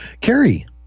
Carrie